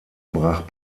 brach